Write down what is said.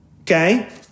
okay